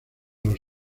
las